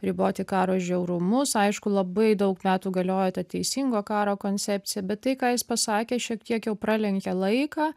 riboti karo žiaurumus aišku labai daug metų galiojo ta teisingo karo koncepcija bet tai ką jis pasakė šiek tiek jau pralenkė laiką